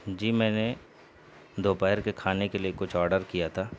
جی میں نے دوپہر کے کھانے کے لیے کچھ آرڈر کیا تھا